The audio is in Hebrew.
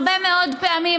הרבה מאוד פעמים,